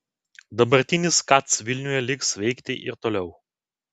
dabartinis kac vilniuje liks veikti ir toliau